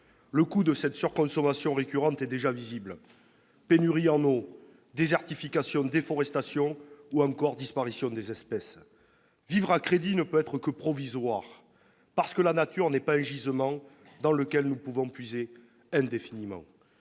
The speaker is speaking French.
Le coût de cette surconsommation récurrente est déjà visible : pénuries en eau, désertification, déforestation ou encore disparition d'espèces. Vivre à crédit ne peut être que provisoire, parce que la nature n'est pas un gisement dans lequel nous pouvons puiser indéfiniment.